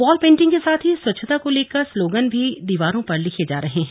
wall painting के साथ ही स्वच्छता को लेकर स्लोगन भी दीवारों पर लिखे जा रहे हैं